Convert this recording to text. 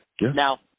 Now